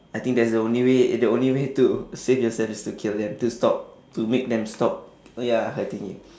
I think that's the only way the only way to save yourself is to kill them to stop to make them stop oh ya hurting you